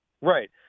Right